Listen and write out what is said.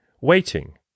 waiting